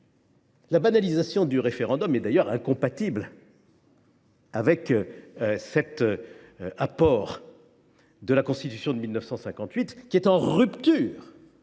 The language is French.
La banalisation du référendum est d’ailleurs incompatible avec cet apport de la Constitution de 1958, en rupture